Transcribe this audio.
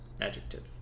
adjective